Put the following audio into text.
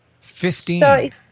Fifteen